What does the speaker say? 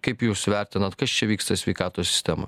kaip jūs vertinat kas čia vyksta sveikatos sistemo